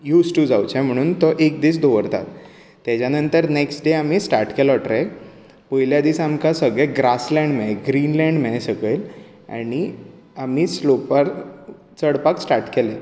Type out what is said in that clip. use to जावचें म्हण तो एक दीस दवरतात तेच्या नंतर नेक्स्ट डे आमी स्टार्ट केलो ट्रेक पयल्या दिसा आमकां ग्रासलँड मेळ्ळें ग्रीनलँड मेळ्ळें सकयल आनी आमी स्लोपार चडपाक स्टार्ट केलें